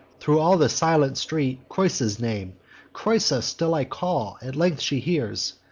thro' all the silent street, creusa's name creusa still i call at length she hears,